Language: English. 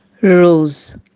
Rose